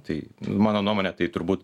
tai mano nuomone tai turbūt